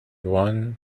one